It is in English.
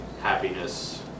happiness